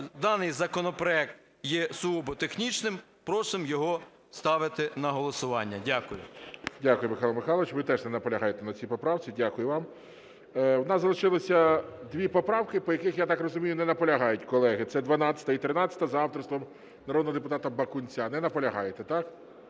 даний законопроект є сугубо технічним. Просимо його ставити на голосування. Дякую. ГОЛОВУЮЧИЙ. Дякую, Михайло Михайлович. Ви теж не наполягаєте на цій поправці. Дякую вам. В нас залишилося дві поправки, по яких, я так розумію, не наполягають колеги. Це 12-а і 13-а за авторством народного депутата Бакунця. Не наполягаєте, так?